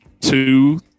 two